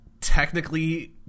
technically